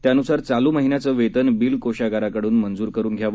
त्यान्सार चालू महिन्याचे वेतन बिल कोषागाराकड्रन मंजूर करुन घ्यावे